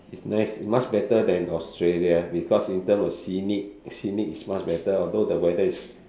it's nice much better than Australia because in terms of scenic scenic is much better although the weather is